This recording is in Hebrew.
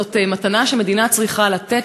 זאת מתנה שהמדינה צריכה לתת,